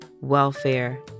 welfare